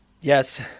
yes